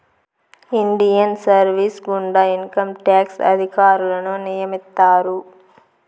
Indian service గుండా income tax అధికారులను నియమిత్తారు